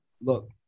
look